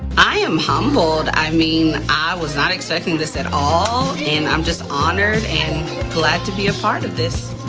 i am humbled, i mean i was not expecting this at all and i'm just honored and glad to be a part of this.